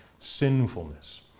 sinfulness